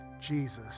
Jesus